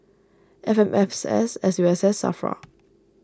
F M S S S U S S Safra